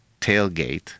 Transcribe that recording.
tailgate